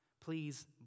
please